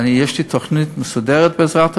ויש לי תוכנית מסודרת, בעזרת השם,